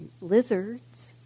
lizards